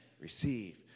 receive